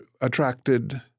attracted